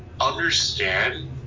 understand